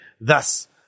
Thus